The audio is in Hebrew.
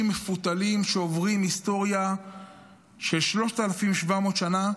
מפותלים שעוברים היסטוריה של 3,700 שנה,